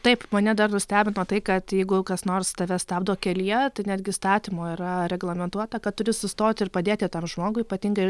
taip mane dar nustebino tai kad jeigu kas nors tave stabdo kelyje tai netgi įstatymo yra reglamentuota kad turi sustoti ir padėti tam žmogui ypatingai